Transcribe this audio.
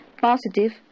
positive